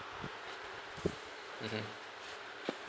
mmhmm